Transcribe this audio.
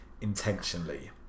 intentionally